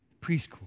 Preschool